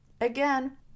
Again